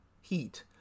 heat